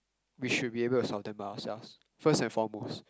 we should be able to solve them by ourselves first and foremost